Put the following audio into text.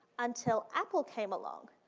until apple came along.